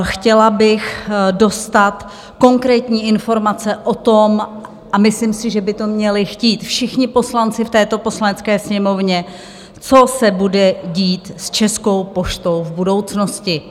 Chtěla bych dostat konkrétní informace o tom a myslím si, že by to měli chtít všichni poslanci v této Poslanecké sněmovně co se bude dít s Českou poštou v budoucnosti.